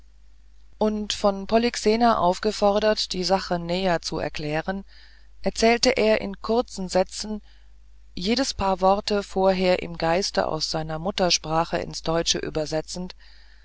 und von polyxena aufgefordert die sache näher zu erklären erzählte er in kurzen sätzen jedes paar worte vorher im geiste aus seiner muttersprache ins deutsche übersetzend